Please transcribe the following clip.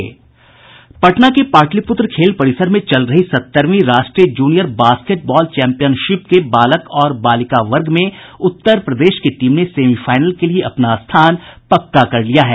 पटना के पाटलिपुत्र खेल परिसर में चल रही सत्तरवीं राष्ट्रीय जूनियर बास्केटबॉल चैंपियनशिप के बालक और बालिका वर्ग में उत्तर प्रदेश की टीम ने सेमीफाइनल के लिए अपना स्थान पक्का कर लिया है